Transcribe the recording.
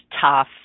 tough